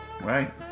right